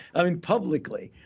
i mean, publicly.